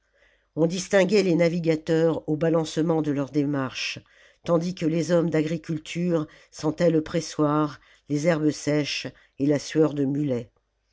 on distinguait les navigateurs au balancement de leur démarche tandis que les hommes d'agriculture sentaient le pressoir les herbes sèches et la sueur de mulet